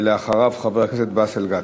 אחריו, חבר הכנסת באסל גטאס.